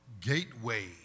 gateway